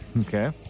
okay